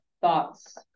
thoughts